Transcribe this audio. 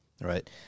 Right